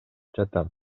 жатам